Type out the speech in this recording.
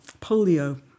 polio